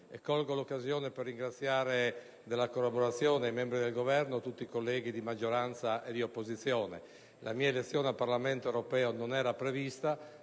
Colgo l'occasione per ringraziare della collaborazione i membri del Governo e tutti i colleghi di maggioranza e di opposizione. La mia elezione al Parlamento europeo non era prevista.